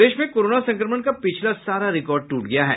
प्रदेश में कोरोना संक्रमण का पिछला सारा रिकॉर्ड ट्रट गया है